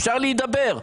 אפשר להידבר,